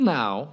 now